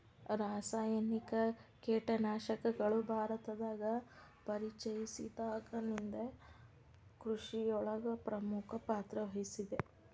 ರಾಸಾಯನಿಕ ಕೇಟನಾಶಕಗಳು ಭಾರತದಾಗ ಪರಿಚಯಸಿದಾಗನಿಂದ್ ಕೃಷಿಯೊಳಗ್ ಪ್ರಮುಖ ಪಾತ್ರವಹಿಸಿದೆ